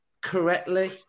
correctly